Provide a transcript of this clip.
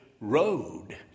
road